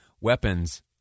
weapons